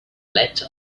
let